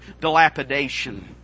dilapidation